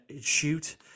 shoot